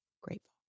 grateful